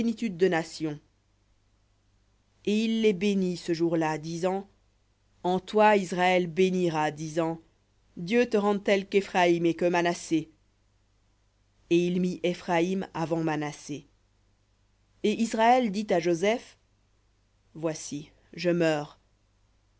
plénitude de nations et il les bénit ce jour-là disant en toi israël bénira disant dieu te rende tel qu'éphraïm et que manassé et il mit éphraïm avant manassé et israël dit à joseph voici je meurs